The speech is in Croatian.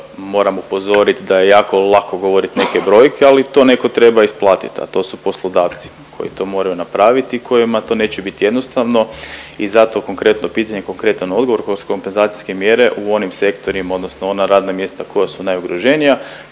moram upozorit da je jako lako govorit neke brojke ali to netko treba isplatit, a to su poslodavci koji to moraju napravit i kojima to neće bit jednostavno i zato konkretno pitanje, konkretan odgovor. Kroz kompenzacijske mjere u onim sektorima odnosno ona radna mjesta koja su najugroženija